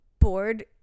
bored